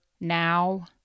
now